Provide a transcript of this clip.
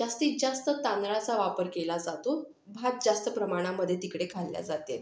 जास्तीत जास्त तांदळाचा वापर केला जातो भात जास्त प्रमाणामध्ये तिकडे खाल्ला जाते